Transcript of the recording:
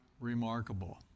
remarkable